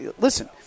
listen